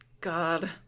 God